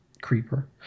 Creeper